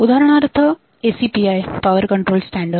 उदाहरणार्थ ACPI power control standard